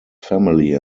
family